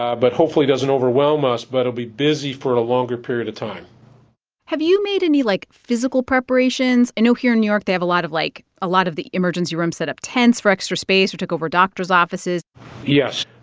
ah but hopefully doesn't overwhelm us. but it'll be busy for and a longer period of time have you made any, like, physical preparations? i and know here in new york, they have a lot of like, a lot of the emergency rooms set up tents for extra space or took over doctor's offices yes,